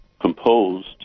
composed